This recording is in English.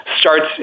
starts